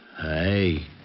Hey